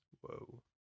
whoa